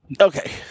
Okay